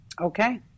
Okay